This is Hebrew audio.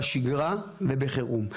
גם בשגרה וגם בחירום.